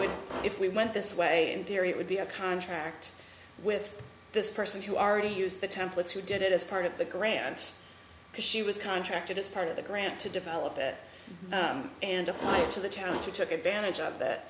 would if we went this way in theory it would be a contract with this person who are ready to use the templates who did it as part of the grants because she was contracted as part of the grant to develop it and apply it to the towns who took advantage of that